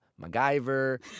MacGyver